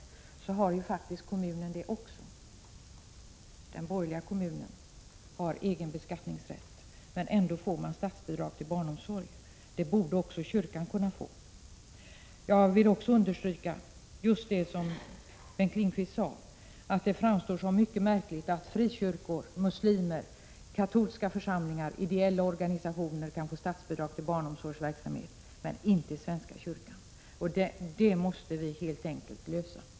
Men den har faktiskt kommunerna också — den borgerliga kommunen har egen beskattningsrätt men kan ändå få statsbidrag för barnomsorg. Det borde också kyrkan få. Jag vill vidare understryka, som också Bengt Lindqvist gjorde, att det framstår som mycket märkligt att frikyrkor, muslimer, katolska församlingar och ideella organisationer kan få statsbidrag till barnomsorgsverksamhet men inte svenska kyrkan. Den frågan måste vi helt enkelt lösa.